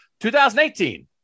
2018